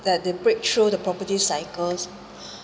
that the break through the property cycles